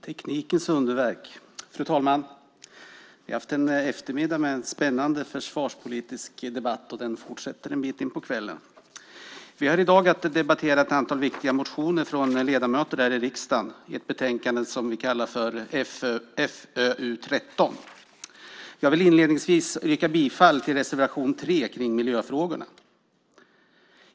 Fru talman! Vi har haft en eftermiddag med en spännande försvarspolitisk debatt, och den fortsätter en bit in på kvällen. Vi har i dag att debattera ett antal viktiga motioner från ledamöter här i riksdagen i ett betänkande som vi kallar FöU13. Jag vill inledningsvis yrka bifall till reservation 3 kring miljöfrågorna.